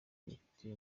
bifite